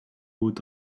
would